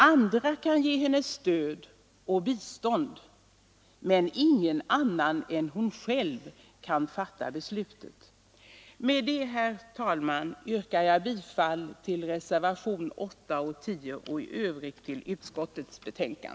Andra kan ge henne stöd och bistånd. Men ingen annan än hon själv kan fatta beslutet. Herr talman! Jag yrkar alltså bifall till reservationerna 8 och 10 och i övrigt till utskottets hemställan.